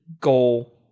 goal